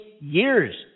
years